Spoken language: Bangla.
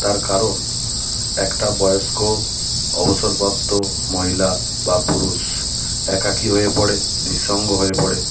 তার কারণ একটা বয়স্ক অবসরপ্রাপ্ত মহিলা বা পুরুষ একাকী হয়ে পড়ে নিঃসঙ্গ হয়ে পড়ে